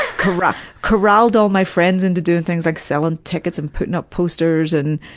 corralled corralled all my friends into doing things like selling tickets, and putting up posters, and,